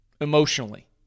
emotionally